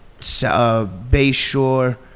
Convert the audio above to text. Bayshore